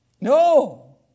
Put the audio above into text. No